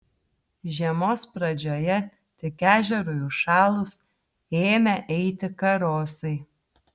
žiemos pradžioje tik ežerui užšalus ėmę eiti karosai